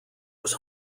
was